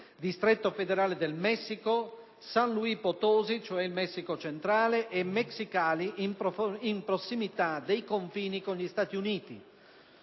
Distretto federale del Messico, San Luis Potosi (Messico centrale) e Mexicali in prossimità dei confini con gli Stati Uniti.